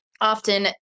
often